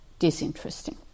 disinteresting